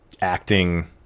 acting